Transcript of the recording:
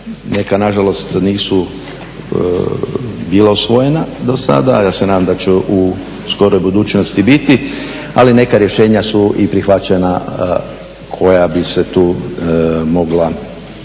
neka nažalost nisu bila usvojena dosada, ja se nadam da će u skoroj budućnosti biti, ali neka rješenja su i prihvaćena koja bi se tu mogla